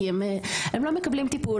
כי הם לא מקבלים טיפול,